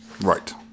Right